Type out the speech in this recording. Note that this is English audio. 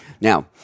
Now